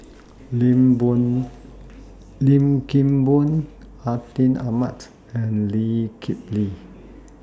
Lim Boon Lim Kim Boon Atin Amat and Lee Kip Lee